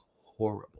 horrible